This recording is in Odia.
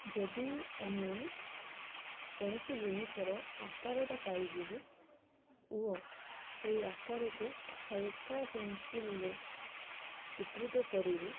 ଯଦି ଆମେ କୌଣସି ଜିନିଷର ଆକାରଟା ପାଇଯିବୁ ଓ ସେଇ ଆକାରକୁ ହାଲକା ପେନ୍ସିଲ୍ରେ ଚିତ୍ରିତ କରିବୁ